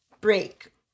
break